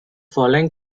following